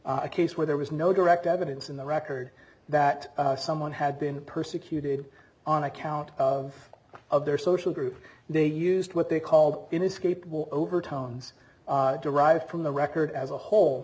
a case where there was no direct evidence in the record that someone had been persecuted on account of their social group and they used what they called inescapable overtones derived from the record as a whole